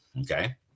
Okay